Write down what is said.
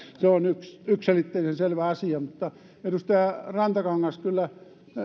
se on yksiselitteisen selvä asia edustaja rantakangas kyllä